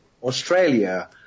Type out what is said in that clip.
Australia